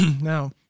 Now